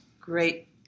Great